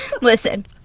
Listen